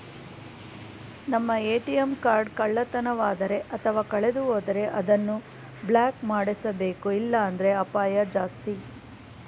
ನಮ್ಮ ATM card ಕಳ್ಳತನವಾದರೆ ಅಥವಾ ಕಳೆದುಹೋದರೆ ಅದನ್ನು ಬ್ಲಾಕ್ ಮಾಡಿಸಬೇಕು ಇಲ್ಲಾಂದ್ರೆ ಅಪಾಯ ಜಾಸ್ತಿ